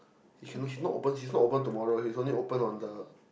you cannot she's not she's not open tomorrow she's only open on the